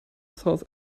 south